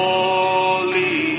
Holy